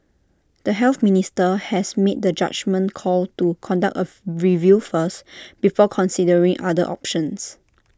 the health minister has made the judgement call to conduct A review first before considering other options